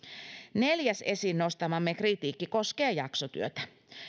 neljäs esiin nostamamme kritiikki koskee jaksotyötä